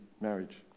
marriage